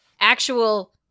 actual